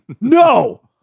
No